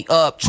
up